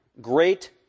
Great